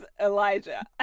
elijah